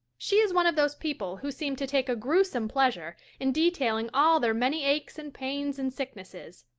she is one of those people who seem to take a gruesome pleasure in detailing all their many aches and pains and sicknesses.